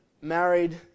married